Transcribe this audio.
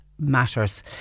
Matters